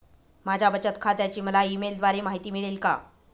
माझ्या बचत खात्याची मला ई मेलद्वारे माहिती मिळेल का?